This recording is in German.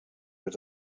wird